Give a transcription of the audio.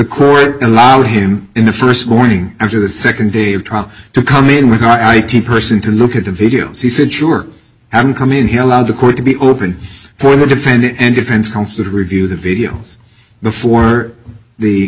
court allowed him in the first morning after the second day of trial to come in with i t person to look at the videos he said sure haven't come in hell out of the court to be open for the defendant and defense counsel to review the videos before the